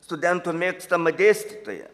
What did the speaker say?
studentų mėgstama dėstytoja